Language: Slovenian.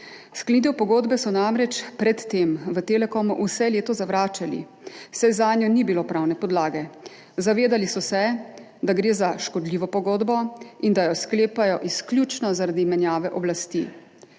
Sklenitev pogodbe so namreč pred tem v Telekomu vse leto zavračali, saj zanjo ni bilo pravne podlage. Zavedali so se, da gre za škodljivo pogodbo in da jo sklepajo izključno zaradi menjave oblasti,